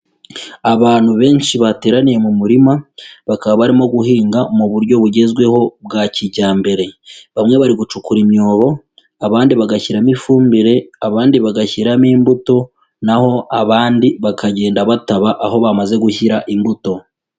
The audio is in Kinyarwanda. Abantu benshi bateraniye mu murima, bakaba barimo guhinga mu buryo bugezweho bwa kijyambere. Bamwe bari gucukura imyobo, abandi bagashyiramo ifumbire, abandi bagashyiramo imbuto, naho abandi bakagenda bataba aho bamaze gushyira imbuto.